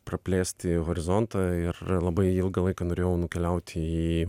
praplėsti horizontą ir labai ilgą laiką norėjau nukeliauti į